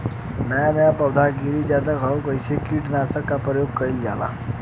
नया नया पौधा गिर जात हव कवने कीट नाशक क प्रयोग कइल जाव?